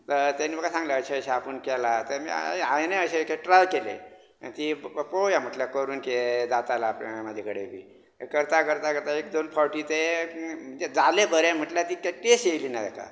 जाल्यार ताणें म्हाका सांगलें अशें अशें आपूण केलां हांवेनय एकदां अशें ट्राय केलें आनी ती पळोवया म्हणलें करून जातां जाल्यार म्हजे कडेन बीन करता करता करता एक दोन फावटी तें म्हणजें जाले बरें म्हणजे तितलें टेस्ट येली ना तेका